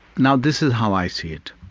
now this is how i see it.